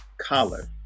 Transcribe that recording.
collar